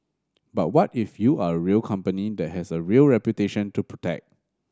but what if you are a real company that has a real reputation to protect